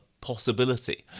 possibility